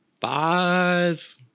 five